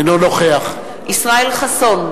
אינו נוכח ישראל חסון,